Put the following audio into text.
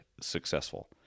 successful